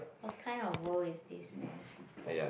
what kind of world is this man